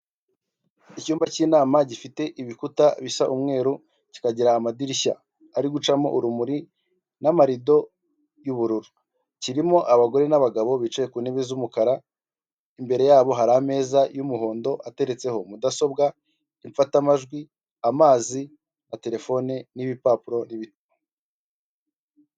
Icyumba cy'inama gifite ibikuta bisa umweru kikagira amadirishya ari gucamo urumuri n'amarido yubururu, kirimo abagore n'abagabo bicaye ku ntebe z'umukara, imbere yabo hari ameza y'umuhondo ateretseho mudasobwa, imfatamajwi, amazi na terefone n'ibipapuro.